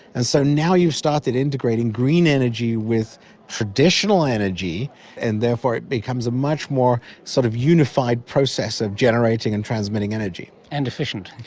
and so now you've started integrating green energy with traditional energy and therefore it becomes a much more sort of unified process of generating and transmitting energy. and efficient.